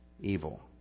evil